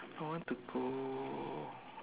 I want to go